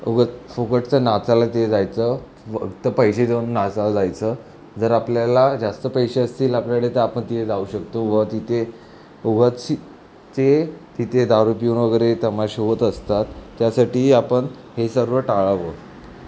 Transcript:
उगाच फुकटचं नाचायला ते जायचं प फक्त पैसे देऊन नाचायला जायचं जर आपल्याला जास्त पैसे असतील आपल्याकडे तर आपण तिथे जाऊ शकतो व तिथे उगाचची ते तिथे दारू पिऊन वगैरे तमाशे होत असतात त्यासाठी आपण हे सर्व टाळावं